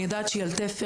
אני יודעת שהיא על תפר.